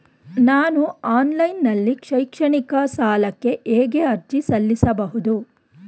ನಾನು ಆನ್ಲೈನ್ ನಲ್ಲಿ ಶೈಕ್ಷಣಿಕ ಸಾಲಕ್ಕೆ ಹೇಗೆ ಅರ್ಜಿ ಸಲ್ಲಿಸಬಹುದು?